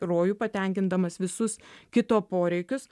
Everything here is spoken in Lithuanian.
rojų patenkindamas visus kito poreikius